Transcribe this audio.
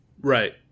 Right